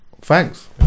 thanks